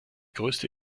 größte